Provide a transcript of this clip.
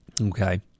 Okay